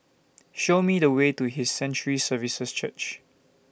Show Me The Way to His Sanctuary Services Church